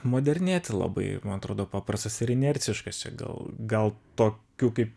modernėti labai man atrodo paprastas ir inerciškas čia gal gal tokių kaip